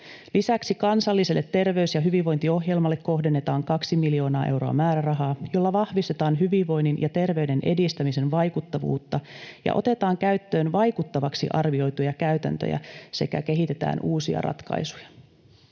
Lisäksi kansalliselle terveys- ja hyvinvointiohjelmalle kohdennetaan 2 miljoonaa euroa määrärahaa, jolla vahvistetaan hyvinvoinnin ja terveyden edistämisen vaikuttavuutta ja otetaan käyttöön vaikuttaviksi arvioituja käytäntöjä sekä kehitetään uusia ratkaisuja.